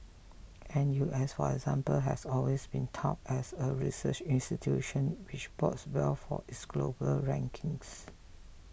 N U S for example has always been touted as a research institution which bodes well for its global rankings